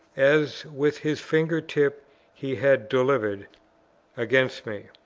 as with his finger tip he had delivered against me?